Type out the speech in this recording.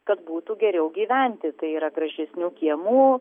kad būtų geriau gyventi tai yra gražesnių kiemų